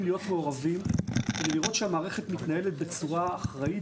להיות מעורבים לראות שהמערכת מתנהלת בצורה אחראית,